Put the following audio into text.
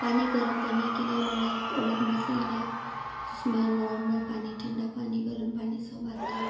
पानी गर्म करने के लिए हमारा एक अलग मसीन है जिस में नार्मल पानी ठंडा पानी गर्म पानी सब आता है